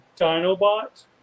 Dinobot